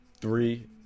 Three